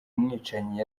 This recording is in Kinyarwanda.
umwicanyi